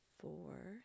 four